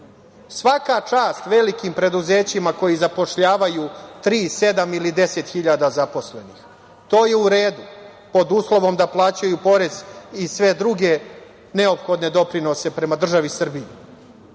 čast velikim preduzećima koja zapošljavaju tri, sedam ili deset hiljada zaposlenih, to je u redu, pod uslovom da plaćaju porez i sve druge neophodne doprinose prema državi Srbiji,